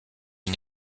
une